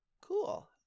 Cool